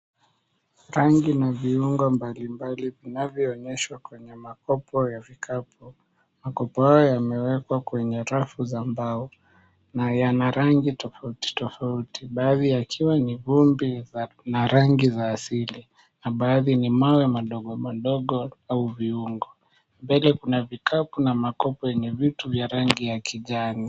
Rangi na viungo mbalimbali vinavyoonyeshwa kwenye makopo ya vikapu, makopo hayo yameekwa kwenye rafu za mbao na yana rangi tofauti tofauti baadhi yakiwa ni vumbi na rangi za asili na baadhi ni mawe madogo madogo au viungo mbele, kuna vikapu na vikopo vya vitu zenye rangi ya kijani.